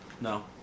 No